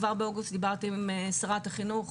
כבר באוגוסט דיברתי עם שרת החינוך,